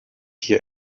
hier